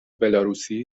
بلاروسی